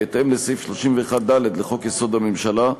בהתאם לסעיף 31(ד) לחוק-יסוד: הממשלה,